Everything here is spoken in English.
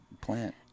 plant